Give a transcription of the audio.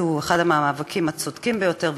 כי הוא אחד מהמאבקים הצודקים ביותר,